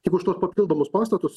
tik už tuos papildomus pastatus